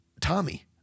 Tommy